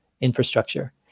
infrastructure